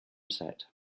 set